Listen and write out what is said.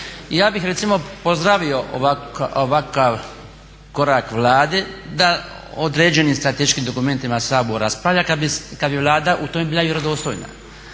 Ja bih recimo pozdravio ovakav korak Vlade da o određenim strateškim dokumentima Sabor raspravlja kada bi Vlada u tome bila vjerodostojna.